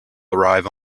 arrive